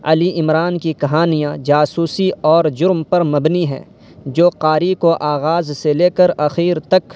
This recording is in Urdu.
علی عمران کی کہانیاں جاسوسی اور جرم پر مبنی ہیں جو قاری کو آغاز سے لے کر اخیر تک